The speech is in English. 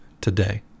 today